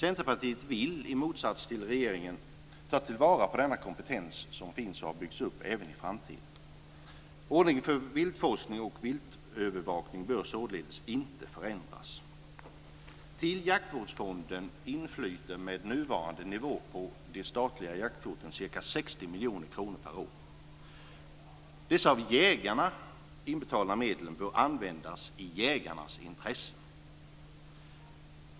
Centerpartiet vill, i motsats till regeringen, att den kompetens som har byggts upp ska tas till vara även i framtiden. Ordningen för viltforskning och viltövervakning bör således inte förändras. Till Jaktvårdsfonden inflyter med nuvarande nivå på inkomsterna från det statliga jaktkortet ca 60 miljoner kronor per år. Dessa av jägarna inbetalade medel bör användas i jägarnas intresse.